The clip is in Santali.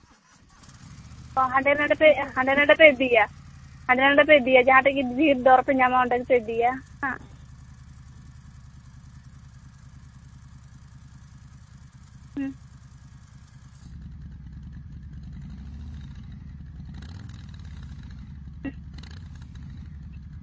ᱦᱟᱸᱰᱮ ᱯᱮ ᱦᱟᱸᱰᱮ ᱱᱟᱰᱮ ᱯᱮ ᱤᱫᱤᱭᱟ ᱦᱟᱸᱰᱮ ᱱᱟᱰᱮ ᱯᱮ ᱤᱫᱤᱭᱟ ᱡᱟᱦᱟᱸᱴᱷᱮᱱ ᱜᱮ ᱫᱚᱨ ᱯᱮ ᱧᱟᱢᱟ ᱚᱸᱰᱮ ᱜᱮᱯᱮ ᱤᱫᱤᱭᱟ ᱦᱩᱸ ᱩᱸ